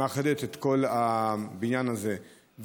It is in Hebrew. מאחדת את כל הבניין הזה,